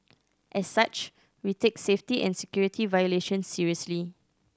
as such we take safety and security violations seriously